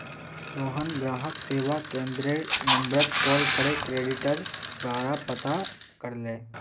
सोहन ग्राहक सेवा केंद्ररेर नंबरत कॉल करे क्रेडिटेर बारा पता करले